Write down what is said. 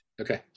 Okay